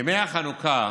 ימי החנוכה